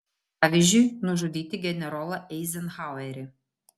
pavyzdžiui nužudyti generolą eizenhauerį